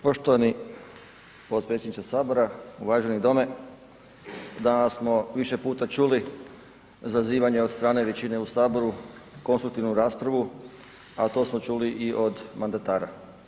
Poštovani potpredsjedniče sabora, uvaženi dome, danas smo više puta čuli zazivanje od strane većine u saboru konstruktivnu raspravu, a to smo čuli i od mandatara.